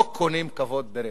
לא קונים כבוד ברצח.